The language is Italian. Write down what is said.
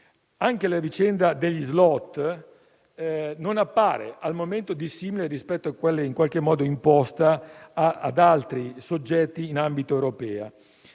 Anche la vicenda degli *slot* non appare al momento dissimile rispetto a quella in qualche modo imposta ad altri soggetti in ambito europeo